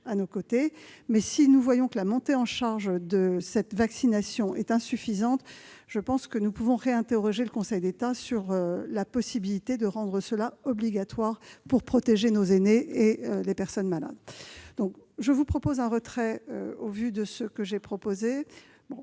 à nos côtés. Si nous voyons que la montée en charge de cette vaccination est insuffisante, je pense que nous pourrons réinterroger le Conseil d'État sur la possibilité de la rendre obligatoire pour protéger nos aînés et les personnes malades. Au bénéfice de ces explications, je vous propose